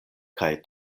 kaj